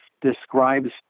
describes